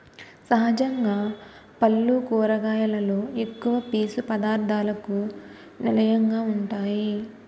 సహజంగా పల్లు కూరగాయలలో ఎక్కువ పీసు పధార్ధాలకు నిలయంగా వుంటాయి